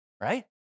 right